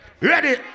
ready